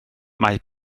mae